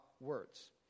words